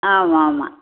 ஆமாம் ஆமாம்